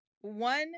one